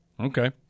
Okay